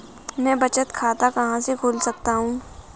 मैं बचत खाता कहाँ खोल सकता हूँ?